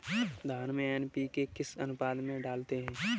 धान में एन.पी.के किस अनुपात में डालते हैं?